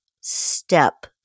step